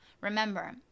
Remember